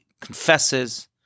confesses